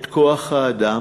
כוח-האדם,